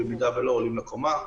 ובמידה שלא עולים לקומה.